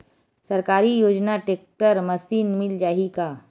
सरकारी योजना tractor machine मिल जाही का?